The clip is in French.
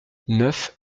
neuf